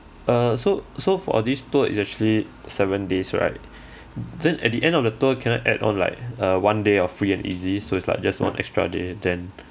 uh so so for this tour is actually seven days right then at the end of the tour can I add on like a one day of free and easy so is like just one extra day then